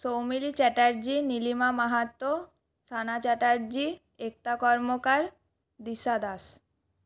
Soumili Chatterjee Nilima Mahato Sana Chatterjee Ekta Karmakar Disha Das